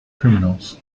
criminals